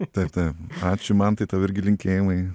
taip taip ačiū mantai tau irgi linkėjimai